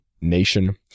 nation